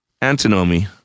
antinomy